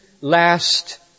last